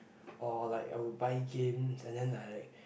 or like I would buy games and then like